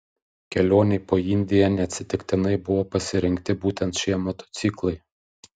kelionei po indiją neatsitiktinai buvo pasirinkti būtent šie motociklai